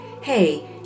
Hey